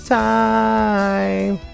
time